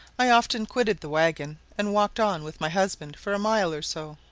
i often quitted the waggon and walked on with my husband for a mile or so.